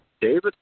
David